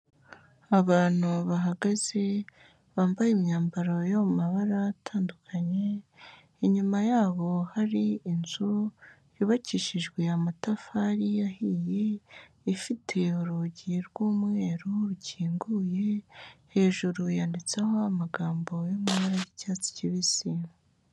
Abantu bahagaze bambaye imyambaro yo mu mabara atandukanye, inyuma yabo hari inzu yubakishijwe amatafari ahiye, ifite urugi rw'umweru rukinguye, hejuru yanditseho amagambo y'amabara y'icyatsi kibisi.